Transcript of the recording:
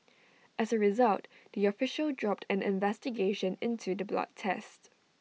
as A result the official dropped an investigation into the blood test